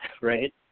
right